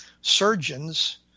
surgeons